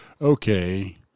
okay